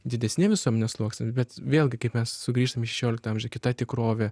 didesni visuomenės sluoksniai bet vėlgi kaip mes sugrįžtam į šešioliktą amžių kita tikrovė